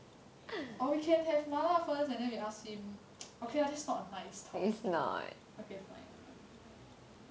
or we can have mala first and then we ask him okay lah that's not a nice thought okay lor okay fine fine